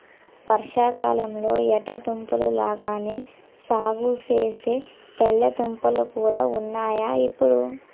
వర్షాకాలంలొ ఎర్ర దుంపల లాగానే సాగుసేసే తెల్ల దుంపలు కూడా ఉన్నాయ్ ఇప్పుడు